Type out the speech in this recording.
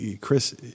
Chris